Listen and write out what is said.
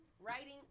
writing